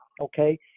okay